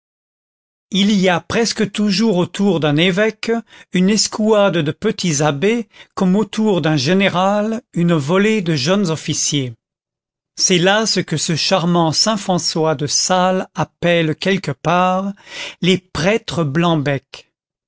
il y a presque toujours autour d'un évêque une escouade de petits abbés comme autour d'un général une volée de jeunes officiers c'est là ce que ce charmant saint françois de sales appelle quelque part les prêtres